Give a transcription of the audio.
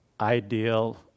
ideal